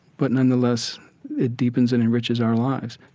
but nonetheless it deepens and enriches our lives.